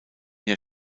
jahr